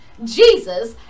Jesus